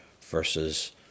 versus